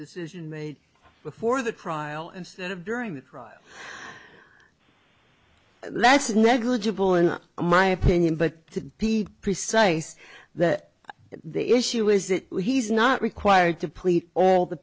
decision made before the cryo instead of during the trial that's negligible in my opinion but to be precise that the issue is that he's not required to please all the